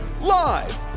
Live